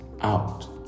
out